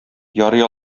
ярый